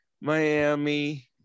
Miami